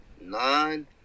nine